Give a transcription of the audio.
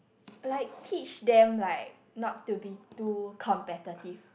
like teach them like not to be too competitive